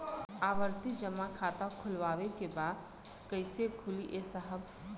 आवर्ती जमा खाता खोलवावे के बा कईसे खुली ए साहब?